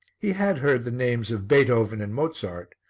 he had heard the names of beethoven and mozart,